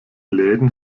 läden